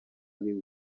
lil